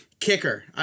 Kicker